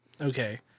Okay